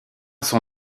son